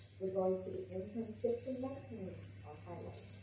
we're going to the internships and mentoring ah highlights.